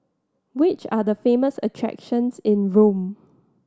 which are the famous attractions in Rome